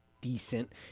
decent